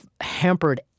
hampered